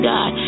God